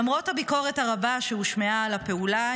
למרות הביקורת הרבה שהושמעה על הפעולה,